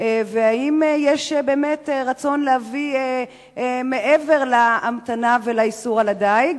האם יש באמת רצון להביא מעבר להמתנה ולאיסור הדיג?